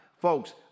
Folks